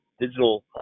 digital